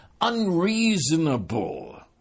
unreasonable